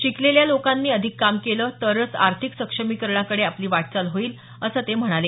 शिकलेल्या लोकांनी अधिक काम केलं तरच आर्थिक सक्षमीकरणांकडे आपली वाटचाल होईल असं ते म्हणाले